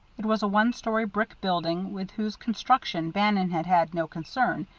it was a one-story brick building, with whose construction bannon had had no concern,